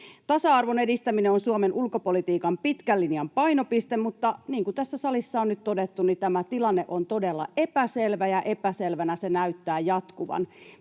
Tasa-arvon edistäminen on Suomen ulkopolitiikan pitkän linjan painopiste, mutta, niin kuin tässä salissa on nyt todettu, tämä tilanne on todella epäselvä, ja epäselvänä se näyttää jatkuvan.